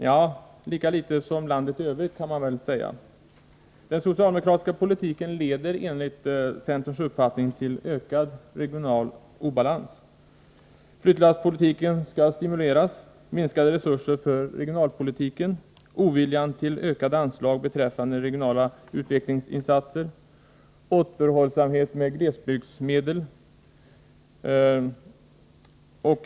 Nej, lika litet som landet i övrigt, kan man väl säga. Den socialdemokratiska politiken leder enligt centerns uppfattning till ökad regional obalans: — Flyttlasspolitiken skall stimuleras.